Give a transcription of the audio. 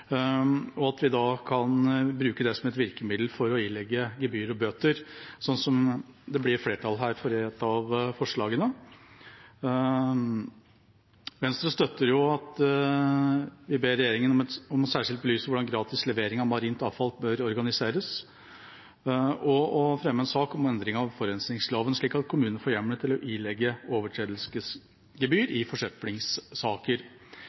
og at vi da kan bruke det som et virkemiddel for å ilegge gebyrer og bøter, slik som det blir flertall for her. Venstre støtter at vi ber regjeringen særskilt belyse hvordan gratis levering av marint avfall bør organiseres, og fremme en sak om endring av forurensningsloven, slik at kommunene får hjemmel til å ilegge